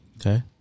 Okay